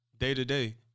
day-to-day